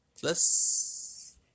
Plus